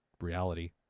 reality